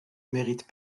méritent